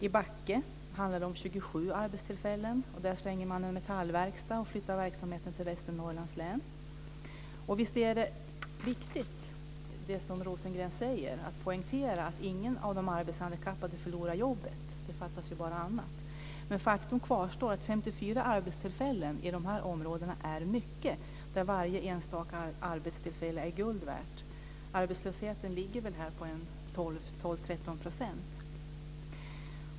I Backe handlar det om 27 arbetstillfällen. Där stänger man en metallverkstad och flyttar verksamheten till Västernorrlands län. Visst är det viktigt att poängtera, som Rosengren säger, att ingen av de arbetshandikappade förlorar jobbet. Fattas bara annat. Men faktum kvarstår att 54 arbetstillfällen i dessa områden är mycket, där varje enstaka arbetstillfälle är guld värt. Arbetslösheten ligger på 12-13 %.